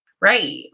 Right